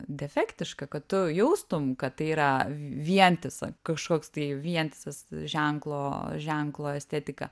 defektiška kad tu jaustum kad tai yra vientisa kažkoks tai vientisas ženklo ženklo estetika